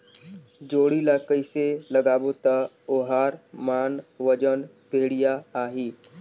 जोणी ला कइसे लगाबो ता ओहार मान वजन बेडिया आही?